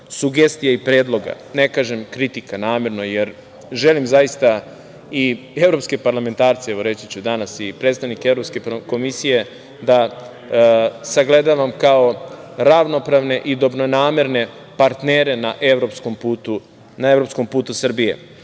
sugestija i predloga, ne kažem kritika namerno, jer želim zaista i evropske parlamentarce, evo reći ću danas, i predstavnike Evropske komisije da sagledavam kao ravnopravne i dobronamerne partnere na evropskom putu Srbije. Dakle,